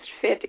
fit